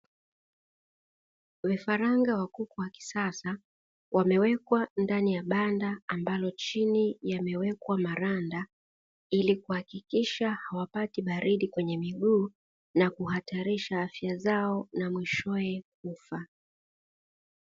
Vifaranga wa kuku wa kisasa wamewekwa ndani ya banda, ambalo chini yamewekwa maranda ili kuhakikisha hawapati baridi kwenye miguu na kuhatarisha afya zao na mwishowe kufa.